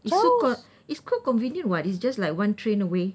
is so con~ it's quite convenient [what] it's just like one train away